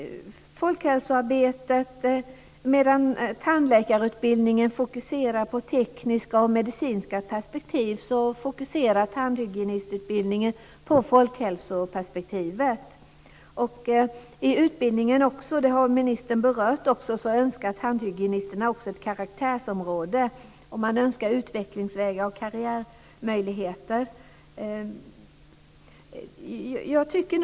Medan tandläkarutbildningen fokuserar på tekniska och medicinska frågor, fokuserar tandhygienistutbildningen på folkhälsofrågor. Ministern har också berört att tandhygienisterna önskar ett karaktärsområde i utbildningen. Man önskar utvecklingsvägar och karriärmöjligheter.